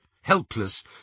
helpless